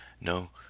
no